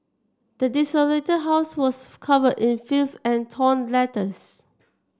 the desolated house was covered in filth and torn letters